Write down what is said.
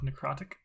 necrotic